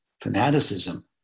fanaticism